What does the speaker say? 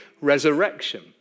resurrection